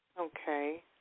Okay